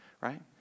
right